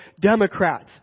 Democrats